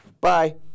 Bye